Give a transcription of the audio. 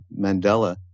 mandela